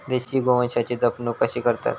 देशी गोवंशाची जपणूक कशी करतत?